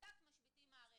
משביתים מערכת.